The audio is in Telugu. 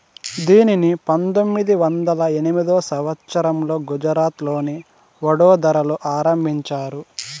దీనిని పంతొమ్మిది వందల ఎనిమిదో సంవచ్చరంలో గుజరాత్లోని వడోదరలో ఆరంభించారు